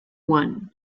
one